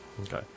Okay